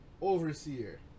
Overseer